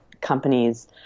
companies